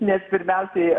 nes pirmiausiai